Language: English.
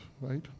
right